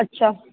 अच्छा